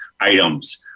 items